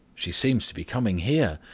she seems to be coming here.